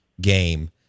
game